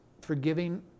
forgiving